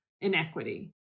inequity